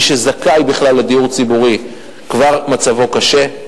מי שזכאי בכלל לדיור ציבורי כבר מצבו קשה,